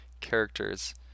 characters